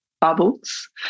bubbles